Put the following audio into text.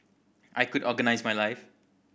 I could organise my life